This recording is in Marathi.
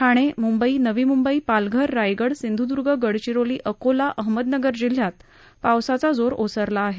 ठाणे म्ंबई नवी म्ंबई पालघर रायगड सिंध्दूर्ग गडचिरोली अकोला अहमदनगर जिल्ह्यात पावसाचा जोर ओसरला आहे